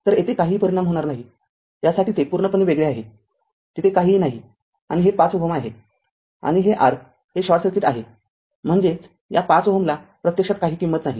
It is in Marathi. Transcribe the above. तरतेथे काहीही परिणाम होणार नाही यासाठी ते पूर्णपणे वेगळे आहे तिथे काहीही नाही आणि हे ५ Ω आहे आणि r हे ते शॉर्ट सर्किट आहे म्हणजेचया ५ Ω ला प्रत्यक्षात काही किंमत नाही